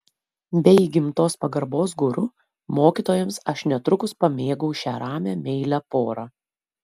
be įgimtos pagarbos guru mokytojams aš netrukus pamėgau šią ramią meilią porą